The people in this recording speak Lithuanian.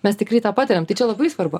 mes tikrai tą patiriam tai čia labai svarbu